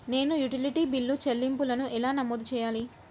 నేను utility bill చెల్లింపులను ఎలా నమోదు చేయాలి?